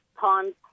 times